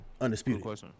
undisputed